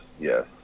yes